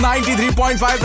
93.5